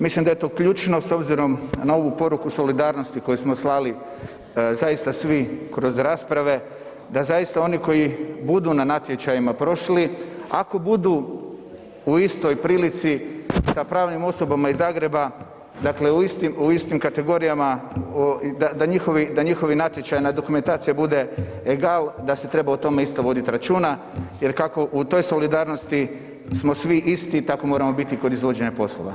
Mislim da je to ključno s obzirom na ovu poruku solidarnosti koju smo slali, zaista svi kroz rasprave, da zaista oni koji budu na natječajima prošli, ako budu u istoj prilici sa pravnim osobama iz Zagreba, dakle u istim kategorijama, da njihova natječajna dokumentacija bude egal, da se treba o tome isto voditi računa jer kako u toj solidarnosti smo svi isti, tako moramo biti kod izvođenja poslova.